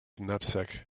knapsack